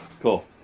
Cool